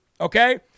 Okay